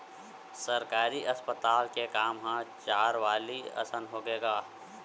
सरकारी अस्पताल के काम ह चारवाली असन होथे गा